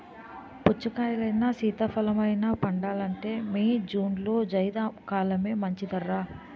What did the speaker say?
పుచ్చకాయలైనా, సీతాఫలమైనా పండాలంటే మే, జూన్లో జైద్ కాలమే మంచిదర్రా